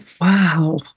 Wow